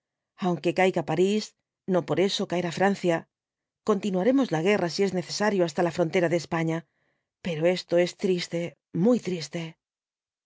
aunque caiga parís no por eso caerá francia continuaremos a guerra si es necesario hasta la frontera de españa pero esto es triste muy triste